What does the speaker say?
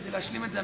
כדי להשלים את זה,